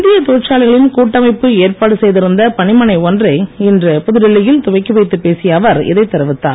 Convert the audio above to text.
இந்திய தொழிற்சாலைகளின் கூட்டமைப்பு ஏற்பாடு செய்திருந்த பணிமனை ஒன்றை இன்று புதுடெல்லியில் துவக்கி வைத்துப் பேசிய அவர் இதைத் தெரிவித்தார்